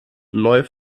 neu